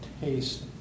taste